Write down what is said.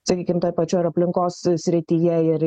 sakykim toj pačioj ir aplinkos srityje ir